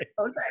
Okay